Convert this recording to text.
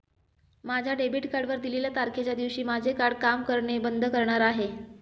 माझ्या डेबिट कार्डवर दिलेल्या तारखेच्या दिवशी माझे कार्ड काम करणे बंद करणार आहे